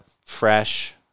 fresh